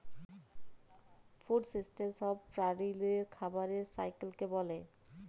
food system ছব প্রালিদের খাবারের সাইকেলকে ব্যলে